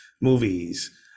movies